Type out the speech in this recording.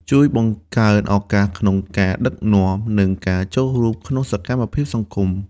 ជួយបង្កើនឱកាសក្នុងការដឹកនាំ និងការចូលរួមក្នុងសកម្មភាពសង្គម។